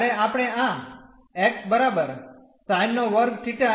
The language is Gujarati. જ્યારે આપણે આ xsin2θ